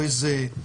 להגיד.